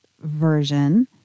version